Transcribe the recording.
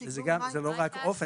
לנו אין התנגדות אבל שהוא